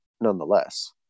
Nonetheless